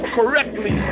correctly